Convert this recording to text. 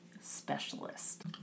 specialist